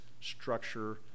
structure